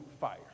fire